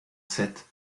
sept